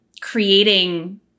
creating